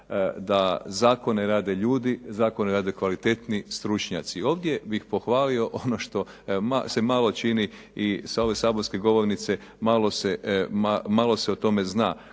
da zakone rade ljudi, zakone rade kvalitetni stručnjaci. Ovdje bih pohvalio ono što se malo čini i sa ove saborske govornice i malo se o tome zna.